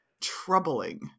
troubling